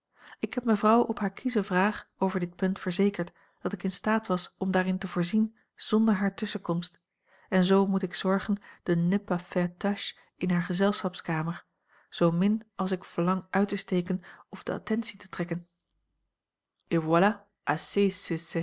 ik heb mevrouw op hare kiesche vraag over dit punt verzekerd dat ik in staat was om daarin te voorzien zonder hare tusschenkomst en zoo moet ik zorgen de ne pas faire tache in hare gezelschapskamer zoomin als ik verlang uit te steken of de attentie te trekken